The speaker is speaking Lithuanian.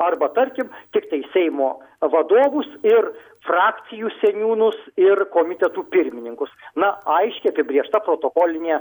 arba tarkim tiktai seimo vadovus ir frakcijų seniūnus ir komitetų pirmininkus na aiškiai apibrėžta protokolinė